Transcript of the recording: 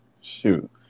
Shoot